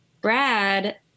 Brad